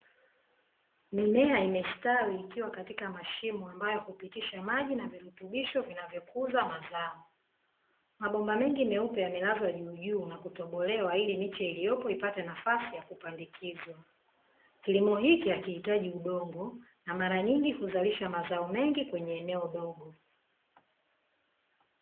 Mimea imestawi ikiwa katika mashimo ambayo hupitisha maji virutubisho vinavyo kuza mazao, mabomba mengi meupe yamelazwa juu juu na kutobolewa ili miche iliyopo ipate nafasi ya kupandikizwa. Kilimo hiki hakihitaji udongo na mara nyingi huzalisha mazao mengi kwenye eneo dogo.